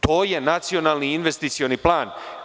To je Nacionalni investicioni plan.